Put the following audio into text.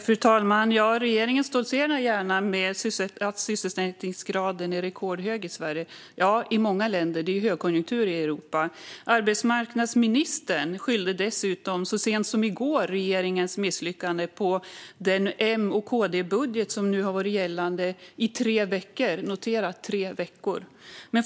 Fru talman! Regeringen stoltserar gärna med att sysselsättningsgraden är rekordhög i Sverige. Ja, det är den i många länder; det är ju högkonjunktur i Europa. Arbetsmarknadsministern skyllde dessutom så sent som i går regeringens misslyckande på den M och KD-budget som nu har varit gällande i tre veckor. Notera: tre veckor!